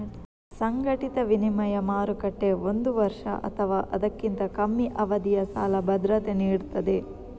ಸಂಘಟಿತ ವಿನಿಮಯ ಮಾರುಕಟ್ಟೆ ಒಂದು ವರ್ಷ ಅಥವಾ ಅದಕ್ಕಿಂತ ಕಮ್ಮಿ ಅವಧಿಯ ಸಾಲ ಭದ್ರತೆ ನೀಡ್ತದೆ